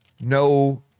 no